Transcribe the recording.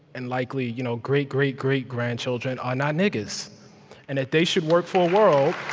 and likely, you know great-great-great-grandchildren, are not niggers and that they should work for a world,